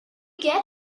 get